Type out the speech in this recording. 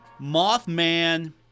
Mothman